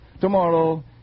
Tomorrow